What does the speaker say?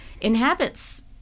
inhabits